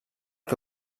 que